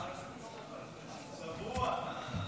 צבוע.